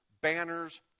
banners